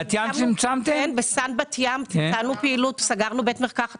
כמה בתי מרקחת